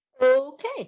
okay